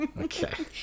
Okay